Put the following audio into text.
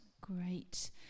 Great